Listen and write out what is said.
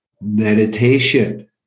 meditation